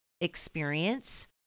experience